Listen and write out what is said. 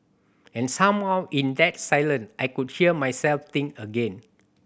and somehow in that silence I could hear myself think again